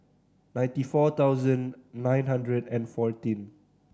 ninety four thousand nine hundred and fourteen